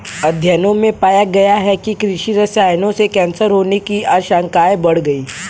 अध्ययनों में पाया गया है कि कृषि रसायनों से कैंसर होने की आशंकाएं बढ़ गई